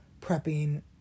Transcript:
prepping